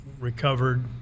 recovered